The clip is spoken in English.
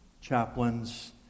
chaplains